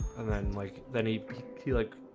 and then like then he he like